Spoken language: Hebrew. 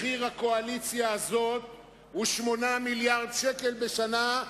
מחיר הקואליציה הזאת הוא 8 מיליארדי שקל בשנה,